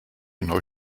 noch